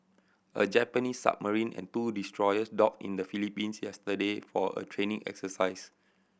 a Japanese submarine and two destroyers dock in the Philippines yesterday for a training exercise